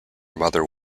mother